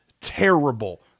terrible